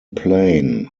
plane